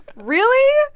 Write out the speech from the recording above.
really?